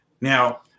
Now